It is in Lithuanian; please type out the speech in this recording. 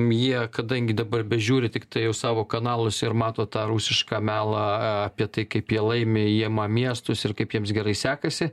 jie kadangi dabar bežiūri tiktai jau savo kanalus ir mato tą rusišką melą apie tai kaip jie laimi ima miestus ir kaip jiems gerai sekasi